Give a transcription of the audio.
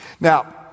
Now